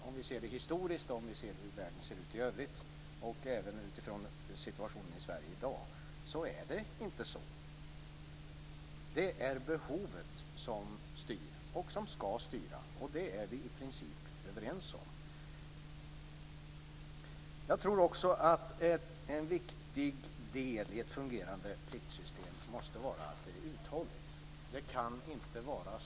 Om vi ser det historiskt och om vi ser hur världen ser ut i övrigt och även utifrån situationen i Sverige i dag är det inte så. Det är behovet som styr och som skall styra, vilket vi i princip är överens om. Jag tror också att en viktig del i ett fungerande pliktsystem måste vara att det är uthålligt.